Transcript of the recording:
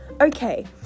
Okay